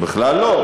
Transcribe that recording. בכלל לא.